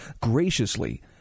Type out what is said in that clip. graciously